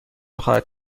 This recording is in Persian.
خواهد